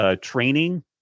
training